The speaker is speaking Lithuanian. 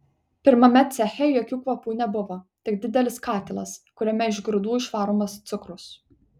pirmame ceche jokių kvapų nebuvo tik didelis katilas kuriame iš grūdų išvaromas cukrus